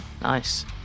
Nice